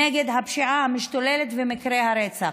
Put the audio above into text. נגד הפשיעה המשתוללת ומקרי הרצח.